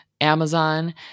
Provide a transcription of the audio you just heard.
Amazon